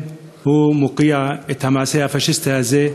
מוקיע את המעשה הפאשיסטי הזה.